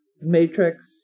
matrix